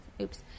Oops